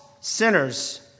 sinners